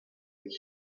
heap